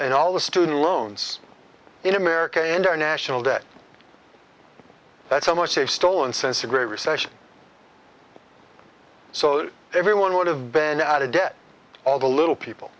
and all the student loans in america and our national debt that's how much they've stolen since a great recession so everyone would have been out of debt all the little people